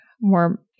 more